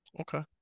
okay